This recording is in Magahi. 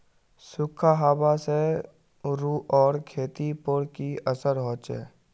सुखखा हाबा से रूआँर खेतीर पोर की असर होचए?